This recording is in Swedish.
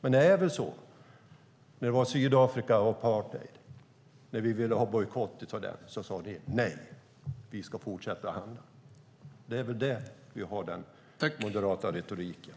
När det gällde Sydafrika och apartheid ville vi ha en bojkott, men ni sade nej - vi skulle fortsätta att handla. Det är väl där vi har den moderata retoriken.